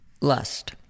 Lust